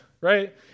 right